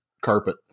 carpet